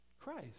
Christ